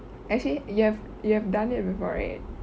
actually you have you have done it before right